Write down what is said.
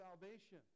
salvation